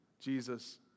Jesus